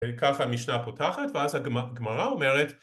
ככה המשנה פותחת, ואז הגמרא אומרת